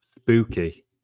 spooky